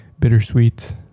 bittersweet